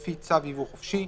לפי צו יבוא חופשי,